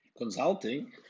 Consulting